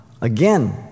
Again